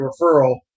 referral